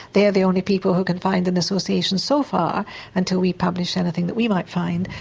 they are the only people who can find an association so far until we publish anything that we might find.